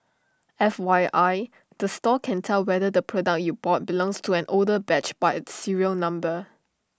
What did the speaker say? F Y I the store can tell whether the product you bought belongs to an older batch by its serial number